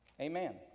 Amen